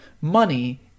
Money